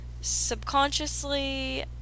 subconsciously